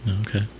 Okay